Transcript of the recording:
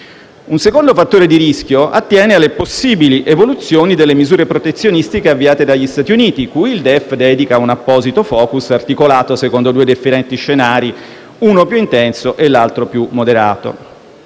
Un secondo fattore di rischio attiene alle possibili evoluzioni delle misure protezionistiche avviate dagli Stati Uniti, cui il DEF dedica un apposito *focus*, articolato secondo due differenti scenari, uno più intenso e l'altro più moderato.